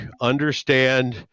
understand